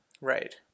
Right